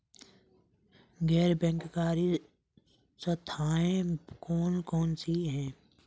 गैर बैंककारी संस्थाएँ कौन कौन सी हैं?